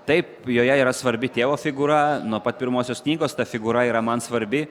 taip joje yra svarbi tėvo figūra nuo pat pirmosios knygos ta figūra yra man svarbi